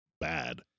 bad